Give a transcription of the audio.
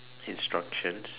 instructions